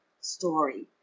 story